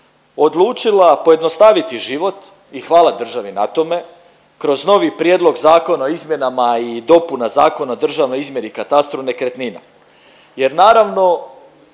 odlučila pojednostaviti život i hvala državi na tome, kroz novi Prijedlog zakona o izmjenama i dopuna Zakona o državnoj izmjeri i katastru nekretnina jer naravno